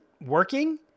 working